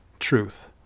truth